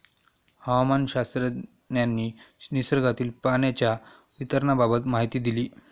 हवामानशास्त्रज्ञांनी निसर्गातील पाण्याच्या वितरणाबाबत माहिती दिली